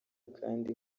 kandi